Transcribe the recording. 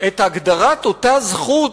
את הגדרת אותה זכות,